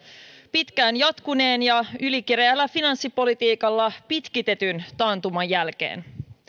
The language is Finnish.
pitkään jatkuneen ja ylikireällä finanssipolitiikalla pitkitetyn taantuman jälkeen